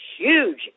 huge